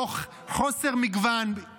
תוך חוסר מגוון,